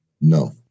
No